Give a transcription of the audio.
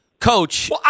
Coach